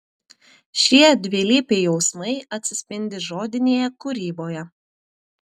šie dvilypiai jausmai atsispindi žodinėje kūryboje